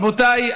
רבותיי,